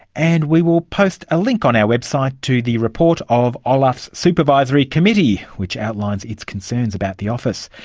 and we will post a link on our website to the report of olaf's supervisory committee which outlines its concerns about the office.